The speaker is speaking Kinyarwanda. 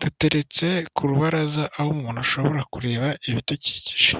duteretse ku rubaraza, aho umuntu ashobora kureba ibidukikije.